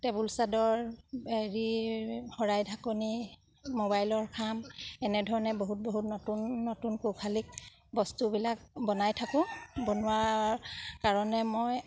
table চাদৰ হেৰি শৰাই ঢাকনি মোবাইলৰ খাম এনেধৰণে বহুত বহুত নতুন নতুন কৌশালিক বস্তুবিলাক বনাই থাকোঁ বনোৱাৰ কাৰণে মই